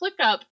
ClickUp